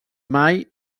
mai